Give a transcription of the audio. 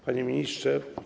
Panie Ministrze!